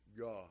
God